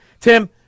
Tim